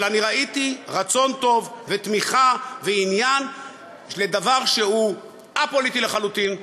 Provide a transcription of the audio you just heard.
אבל אני ראיתי רצון טוב ותמיכה ועניין בדבר שהוא א-פוליטי לחלוטין,